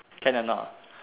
can or not